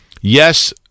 Yes